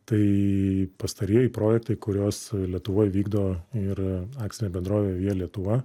tai pastarieji projektai kuriuos lietuvoj vykdo ir akcinė bendrovė via lietuva